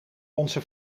onze